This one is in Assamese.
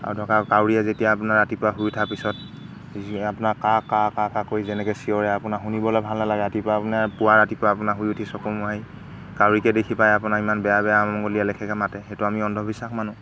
আৰু ধৰক আৰু কাউৰীয়ে যেতিয়া আপোনাৰ ৰাতিপুৱা শুই উঠাৰ পিছত আপোনাৰ কা কা কা কাকৈ যেনেকৈ চিঞৰে আপোনাৰ শুনিবলৈ ভাল নালাগে ৰাতিপুৱা আপোনাৰ পুৱা ৰাতিপুৱা আপোনাৰ শুই উঠি চকু মোহাৰি কাউৰীকে দেখি পায় আপোনাৰ ইমান বেয়া বেয়া অমংগলীয়া লেখীয়াকৈ মাতে সেইটো আমি অন্ধবিশ্বাস মানোঁ